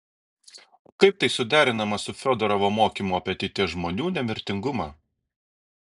o kaip tai suderinama su fiodorovo mokymu apie ateities žmonių nemirtingumą